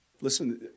Listen